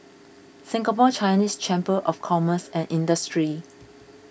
Singapore Chinese Chamber of Commerce and Industry